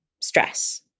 stress